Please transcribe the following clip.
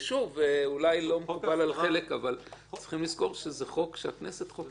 יש לזכור שזה חוק שהכנסת חוקקה.